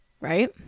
Right